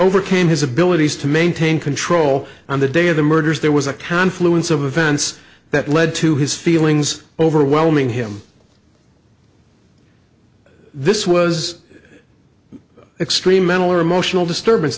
overcame his abilities to maintain control on the day of the murders there was a confluence of events that led to his feelings overwhelming him this was extreme mental or emotional disturbance